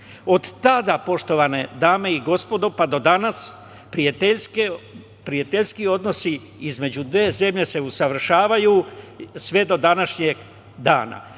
Od tada, poštovane dame i gospodo pa do danas, prijateljski odnosi između dve zemlje se usavršavaju sve do današnjeg dana.Za